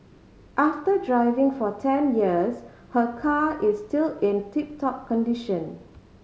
after driving for ten years her car is still in tip top condition